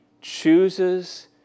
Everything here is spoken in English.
chooses